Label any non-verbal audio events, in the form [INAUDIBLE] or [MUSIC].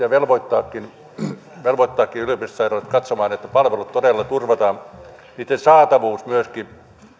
[UNINTELLIGIBLE] ja velvoittaakin velvoittaakin yliopistosairaaloita katsomaan että palvelut todella turvataan niitten saatavuus myöskin